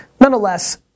Nonetheless